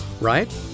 right